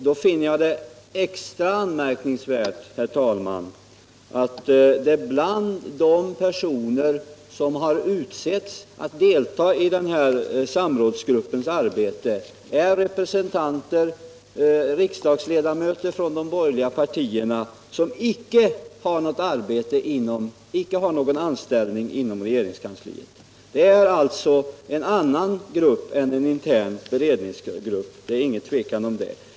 Då finner jag det extra anmärkningsvärt, herr talman, att det bland de personer som har utsetts att delta i den här samrådsgruppens arbete finns riksdagsledamöter från de borgerliga partierna som inte har någon anställning inom regeringskansliet. Det är alltså en annan grupp än en intern beredningsgrupp, det är ingen tvekan om det.